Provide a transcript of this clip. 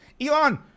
Elon